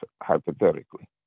hypothetically